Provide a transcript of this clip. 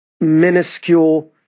minuscule